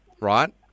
right